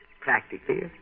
Practically